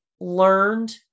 learned